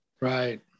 Right